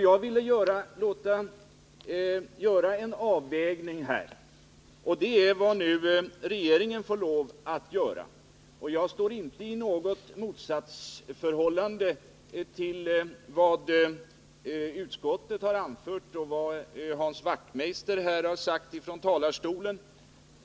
Jag ville låta göra en avvägning beträffande turisttappningarna, och det är vad regeringen nu får lov att göra. Min uppfattning står inte i något motsatsförhållande till vad utskottet anfört och vad Hans Wachtmeister sagt från talarstolen.